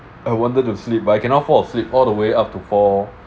I wanted to sleep but I cannot fall asleep all the way up to four